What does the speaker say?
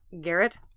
Garrett